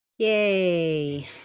Yay